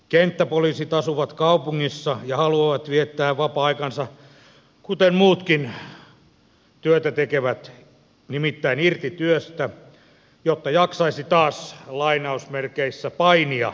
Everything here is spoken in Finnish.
kenttäpoliisit asuvat kaupungissa ja haluavat viettää vapaa aikansa kuten muutkin työtä tekevät irti työstä jotta jaksaisivat taas painia asiakkaidensa kanssa